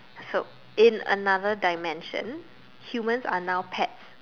so in another dimension humans are now pets